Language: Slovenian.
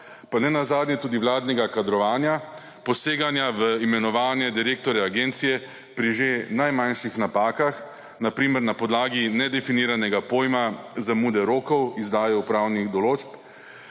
pa nenazadnje tudi vladnega kadrovanja, poseganja v imenovanje direktorja agencije pri že najmanjših napakah, na primer na podlagi nedefiniranega pojma zamude rokov izdaje upravnih določb.